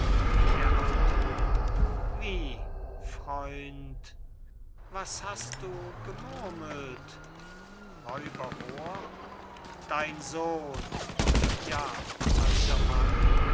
d a moor wie freund was hast du da gemurmelt r moor dein sohn ja alter mann